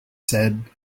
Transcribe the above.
said